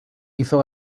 hizo